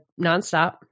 nonstop